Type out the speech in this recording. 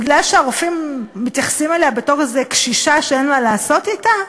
בגלל שהרופאים מתייחסים אליה בתור איזו קשישה שאין מה לעשות אתה?